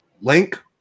Link